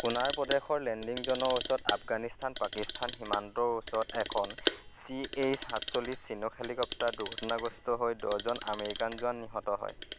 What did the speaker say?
কুনাৰ প্ৰদেশৰ লেণ্ডিং জ'নৰ ওচৰত আফগানিস্তান পাকিস্তান সীমান্তৰ ওচৰত এখন চি এইচ সাতচল্লিছ চিনুক হেলিকপ্টাৰ দুৰ্ঘটনাগ্ৰস্ত হৈ দহজন আমেৰিকান জোৱান নিহত হয়